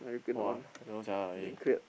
!woah! I don't know sia really